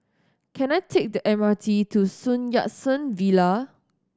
can I take the M R T to Sun Yat Sen Villa